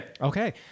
Okay